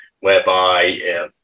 whereby